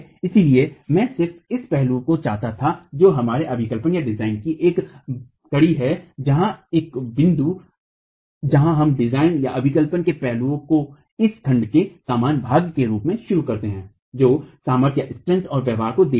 इसलिए मैं सिर्फ इस पहलू को चाहता था जो हमारे अभिकल्पनडिजाइन की एक कड़ी है जहां एक बिंदु जहां हम डिजाइन के पहलुओं को इस खंड के समापन भाग के रूप में शुरू करते हैं जो सामर्थ्य और व्यवहार को देखता है